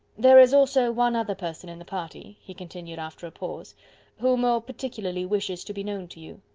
there is also one other person in the party, he continued after a pause who more particularly wishes to be known to you.